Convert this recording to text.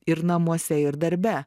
ir namuose ir darbe